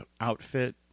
outfit